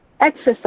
Exercise